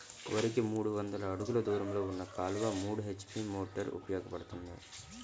వరికి మూడు వందల అడుగులు దూరంలో ఉన్న కాలువలో మూడు హెచ్.పీ మోటార్ ఉపయోగపడుతుందా?